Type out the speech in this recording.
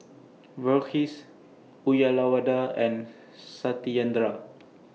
Verghese Uyyalawada and Satyendra